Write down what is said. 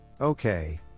Okay